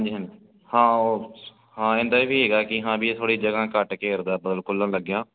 ਹਾਂਜੀ ਹਾਂਜੀ ਹਾਂ ਉਹ ਹਾਂ ਇਹਦਾ ਵੀ ਹੈਗਾ ਕਿ ਹਾਂ ਵੀ ਇਹ ਥੋੜ੍ਹੀ ਜਗ੍ਹਾ ਘੱਟ ਘੇਰਦਾ ਬ ਖੁੱਲ੍ਹਣ ਲੱਗਿਆਂ